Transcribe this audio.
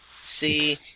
See